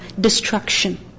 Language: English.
Destruction